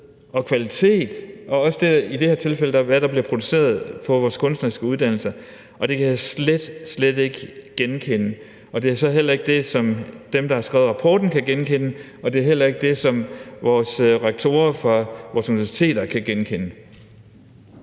og -kvalitet og i det her tilfælde også, hvad der bliver produceret på vores kunstneriske uddannelser, og det kan jeg slet, slet ikke genkende, og det er så heller ikke det, som dem, der har skrevet rapporten, kan genkende, og det er heller ikke det, som vores rektorer for vores universiteter kan genkende.